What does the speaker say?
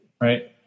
Right